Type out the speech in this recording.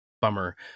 bummer